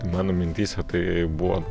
mano mintyse tai buvo